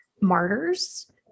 martyrs